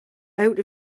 out